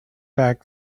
back